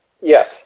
Yes